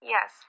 Yes